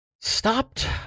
stopped